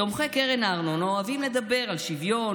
תומכי קרן הארנונה אוהבים לדבר על שוויון